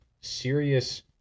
serious